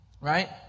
right